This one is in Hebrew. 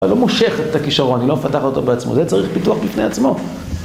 אני לא מושך את הכישרון, אני לא אפתח אותו בעצמו, זה צריך פיתוח בפני עצמו.